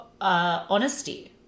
honesty